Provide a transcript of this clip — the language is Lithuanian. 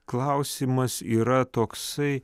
klausimas yra toksai